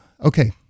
Okay